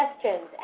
questions